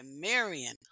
Marion